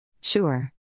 Sure